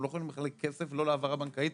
אנחנו לא יכולים לחלק כסף בהעברה בנקאית.